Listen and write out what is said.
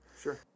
Sure